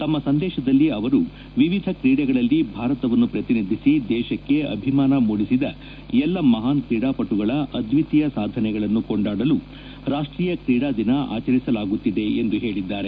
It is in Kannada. ತಮ್ಮ ಸಂದೇಶದಲ್ಲಿ ಅವರು ವಿವಿಧ ಕ್ರೀಡೆಗಳಲ್ಲಿ ಭಾರತವನ್ನು ಪ್ರತಿನಿಧಿಸಿ ದೇಶಕ್ಕೆ ಅಭಿಮಾನ ಮೂಡಿಸಿದ ಎಲ್ಲಾ ಮಹಾನ್ ಕ್ರೀಡಾಪಟುಗಳ ಅದ್ವಿತೀಯ ಸಾಧನೆಗಳನ್ನು ಕೊಂಡಾಡಲು ರಾಷ್ಟೀಯ ಕ್ರೀಡಾದಿನ ಆಚರಿಸಲಾಗುತ್ತಿದೆ ಎಂದು ಹೇಳಿದ್ದಾರೆ